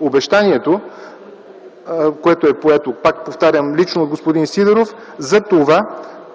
обещанието, което е поето, пак повтарям, лично от господин Сидеров за това,